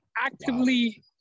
actively